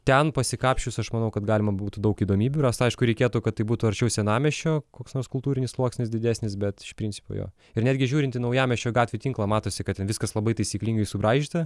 ten pasikapsčius aš manau kad galima būtų daug įdomybių rast aišku reikėtų kad tai būtų arčiau senamiesčio koks nors kultūrinis sluoksnis didesnis bet iš principo jo ir netgi žiūrint į naujamiesčio gatvių tinklą matosi kad ten viskas labai taisyklingai subraižyta